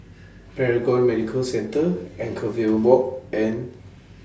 Paragon Medical Centre Anchorvale Walk and